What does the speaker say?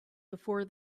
before